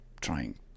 trying